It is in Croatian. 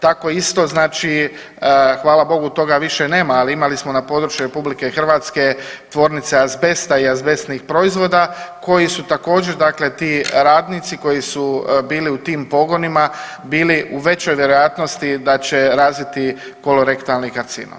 Tako isto znači hvala bogu toga više nema, ali imali smo na području Republike Hrvatske tvornice azbesta i azbestnih proizvoda koji su također, dakle ti radnici koji su bili u tim pogonima bili u većoj vjerojatnosti da će razviti kolorektalni karcinom.